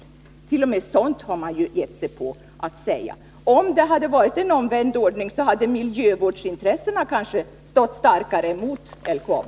T. o. m. det har man sagt. Om det hade varit en omvänd ordning hade miljövårdsintressena kanske stått starkare mot LKAB.